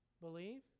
believe